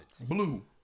blue